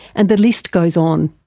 and the list goes on.